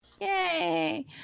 Yay